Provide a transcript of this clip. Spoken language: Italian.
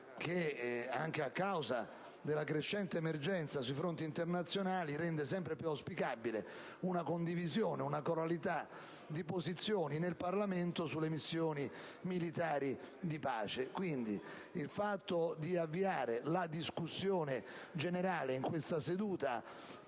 che, anche a causa della crescente emergenza sui fronti internazionali, è sempre più auspicabile una condivisione corale delle posizioni da parte del Parlamento sulle missioni militari di pace. Il fatto di avviare la discussione generale in questa seduta